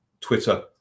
Twitter